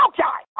Okay